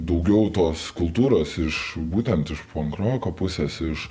daugiau tos kultūros iš būtent iš pankroko pusės iš